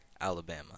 Alabama